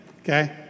okay